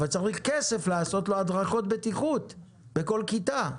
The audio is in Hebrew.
צריך כסף כדי לעשות הדרכות לו בטיחות בכל כיתה.